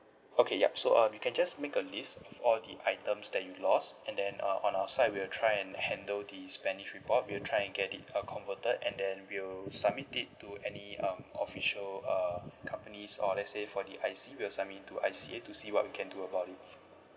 okay yup so uh you can just make a list of all the items that you lost and then uh on our side we'll try and handle the spanish report we'll try and get it uh converted and then we will submit it to any um official uh companies or let's say for the I_C we'll submit it to I_C_A to see what we can do about it